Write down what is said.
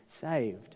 saved